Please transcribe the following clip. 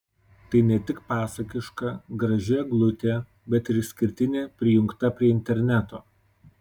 tai net tik pasakiška graži eglutė bet ir išskirtinė prijungta prie interneto